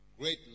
great